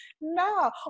no